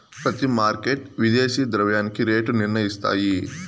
ప్రతి మార్కెట్ విదేశీ ద్రవ్యానికి రేటు నిర్ణయిస్తాయి